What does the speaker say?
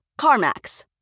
CarMax